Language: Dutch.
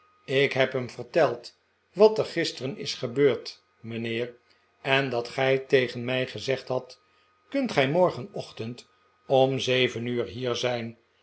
ik heb hem verteld wat er gisteren is gebeurd mijnheer en dat gij tegen mij gezegd hadt f kunt gij morgenochtend om zeven uur hier zijn